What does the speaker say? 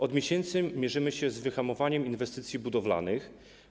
Od miesięcy mierzymy się z wyhamowaniem inwestycji budowlanych.